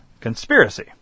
conspiracy